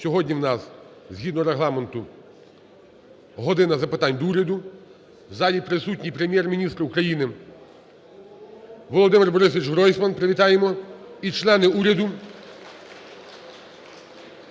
сьогодні в нас згідно Регламенту "година запитань до Уряду". В залі присутній Прем'єр-міністр України Володимир Борисович Гройсмана, привітаємо, і члени уряду.